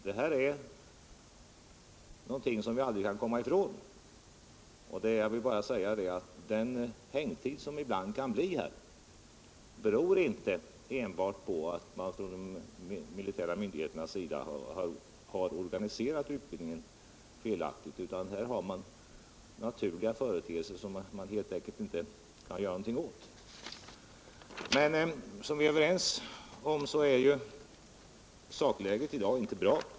Det här är någonting som vi aldrig kan komma ifrån. Den hängtid som ibland kan uppstå beror inte enbart på att de militära myndigheterna har organiserat utbildningen felaktigt; man möter naturliga företeelser som man helt enkelt inte kan göra något åt. Som vi kommit överens om är sakläget i dag inte bra.